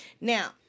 Now